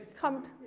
come